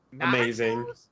amazing